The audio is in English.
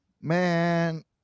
Man